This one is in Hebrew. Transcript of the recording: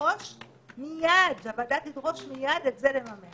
לדרוש מייד, שהוועדה תדרוש מייד לממש את זה.